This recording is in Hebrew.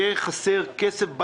יהיה חסר כסף.